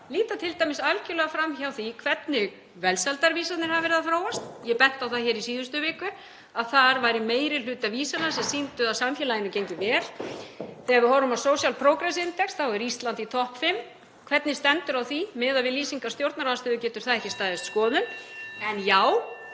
líta t.d. algerlega fram hjá því hvernig velsældarvísarnir hafa verið að þróast. Ég benti á það í síðustu viku að meiri hluti vísanna sýndi að samfélaginu gengi vel. Þegar við horfum á Social Progress Index er Ísland í topp fimm. Hvernig stendur á því? Miðað við lýsingar stjórnarandstöðu getur það ekki staðist skoðun?